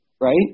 right